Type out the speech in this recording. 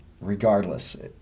regardless